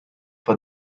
for